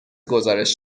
گزارش